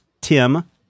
Tim